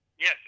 Yes